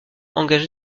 engagée